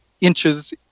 inches